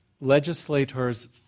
legislators